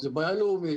זו בעיה לאומית